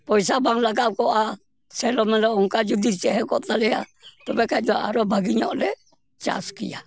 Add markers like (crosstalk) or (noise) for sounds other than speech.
ᱯᱚᱭᱥᱟ ᱵᱟᱝ ᱞᱟᱜᱟᱣ ᱠᱚᱜᱼᱟ ᱥᱮᱞᱚᱢᱮᱞᱚ ᱚᱱᱠᱟ ᱡᱩᱫᱤ ᱛᱟᱦᱮ ᱠᱚᱜ ᱛᱟᱞᱮᱭᱟ ᱛᱚᱵᱮ ᱠᱷᱟᱡ ᱫᱚ ᱟᱨᱚ ᱵᱷᱟᱜᱮ ᱧᱚᱜ ᱞᱮ ᱪᱟᱥ ᱠᱮᱭᱟ (unintelligible)